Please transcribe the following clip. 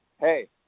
hey